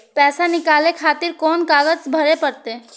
पैसा नीकाले खातिर कोन कागज भरे परतें?